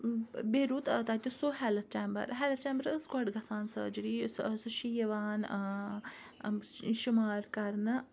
بییٚہِ روٗد تَتہِ سُہ ہیٚلِتھ چیمبَر ہیٚلتھ چیمبَرٕ ٲس گۄڈٕ گَژھان سرجری سُہ چھُ یِوان شُمار کَرنہٕ